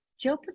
Joe